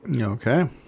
Okay